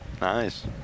nice